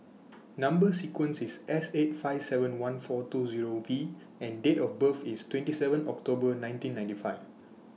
Number sequence IS S eight five seven one four two Zero V and Date of birth IS twenty seven October nineteen ninety five